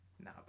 Nah